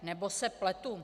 Nebo se pletu?